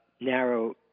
narrow